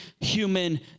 human